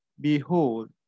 behold